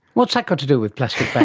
what's that got to do with plastic but